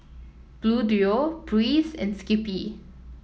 Bluedio Breeze and Skippy